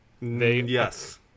Yes